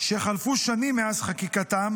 שחלפו שנים מאז חקיקתם